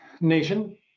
Nation